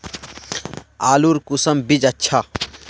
आलूर कुंसम बीज अच्छा?